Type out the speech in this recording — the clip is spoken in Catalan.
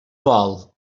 vol